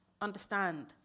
understand